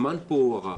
הזמן פה הוארך.